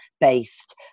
based